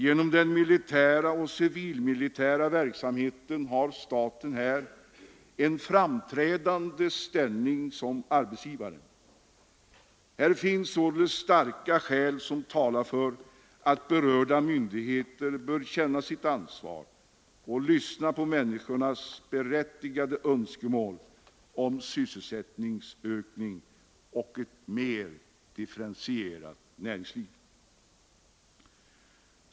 Genom den militära och civilmilitära verksamheten har staten här en framträdande ställning som arbetsgivare. Det finns således starka skäl som talar för att berörda myndigheter bör känna sitt ansvar och lyssna på människornas berättigade önskemål om sysselsättningsökning och ett mer differentierat näringsliv.